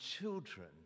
children